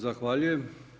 Zahvaljujem.